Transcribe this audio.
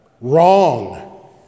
wrong